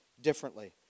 differently